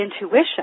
intuition